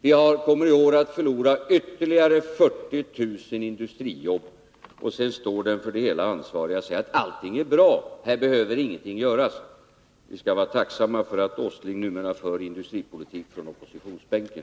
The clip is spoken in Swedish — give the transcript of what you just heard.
Vi kommer att förlora ytterligare 40 000 industrijobb. Sedan står den för det hela ansvarige och säger: Allting är bra, här behöver ingenting göras. Vi skall, herr talman, vara tacksamma för att Nils Åsling numera för industripolitik från oppositionsbänken.